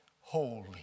holy